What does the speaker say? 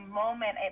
moment